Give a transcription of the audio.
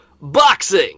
Boxing